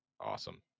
awesome